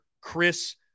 Chris